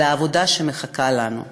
על העבודה שמחכה לנו.